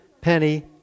penny